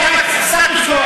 את הסטטוס-קוו.